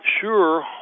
sure